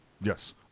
Yes